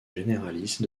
généralice